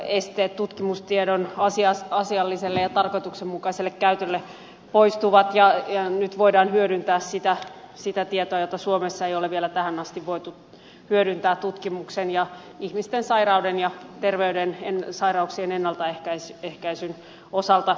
esteet tutkimustiedon asialliselle ja tarkoituksenmukaiselle käytölle poistuvat ja nyt voidaan hyödyntää sitä tietoa jota suomessa ei ole vielä tähän asti voitu hyödyntää tutkimuksen ja ihmisten sairauksien ennaltaehkäisyn osalta